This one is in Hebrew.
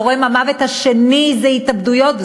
גורם המוות מספר שתיים זה התאבדויות,